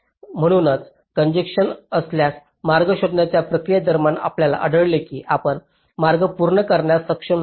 म्हणूनच कॉन्जेन्शन्स असल्यास मार्ग शोधण्याच्या प्रक्रियेदरम्यान आपल्याला आढळेल की आपण मार्ग पूर्ण करण्यास सक्षम नाही